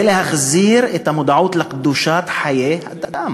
זה להחזיר את המודעות לקדושת חיי אדם